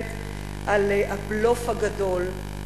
מדברת על הבלוף הגדול,